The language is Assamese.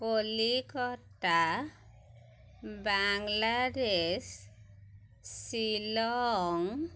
কলিকতা বাংলাদেশ শ্বিলং